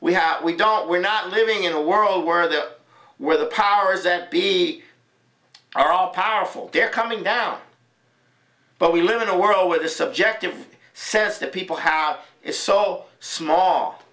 we have we don't we're not living in a world where the where the powers that be are all powerful they're coming down but we live in a world where the subjective sense that people have is so small